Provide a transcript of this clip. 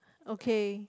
okay